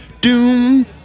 Doom